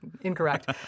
incorrect